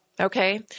Okay